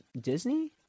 Disney